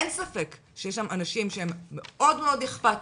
אין ספק שיש שם אנשים שהם מאוד אכפתיים,